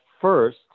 first